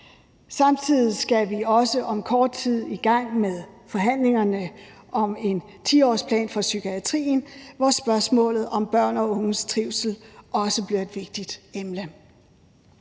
Samtidig skal vi også om kort tid i gang med forhandlingerne om en 10-årsplan for psykiatrien, hvor spørgsmålet om børn og unges trivsel også bliver et vigtigt emne.